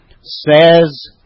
says